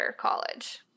college